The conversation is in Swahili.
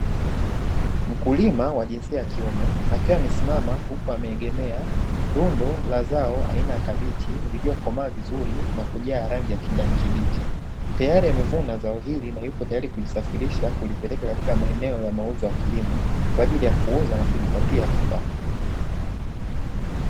Mkulima wa jinsia ya kiume akiwa amesimama huku ameegemea rundo la zao aina ya kabichi lililokomaa vizuri na kujaa rangi ya kijani kibichi, tayari amevuna zao hili na yupo tayari kulisafirisha kulipeleka katika maeneo ya mauzo ya kilimo kwa ajili ya kuuza na kujipatia kipato.